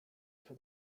for